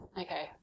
Okay